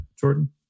Jordan